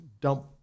dump